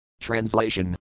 Translation